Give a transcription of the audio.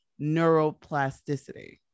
neuroplasticity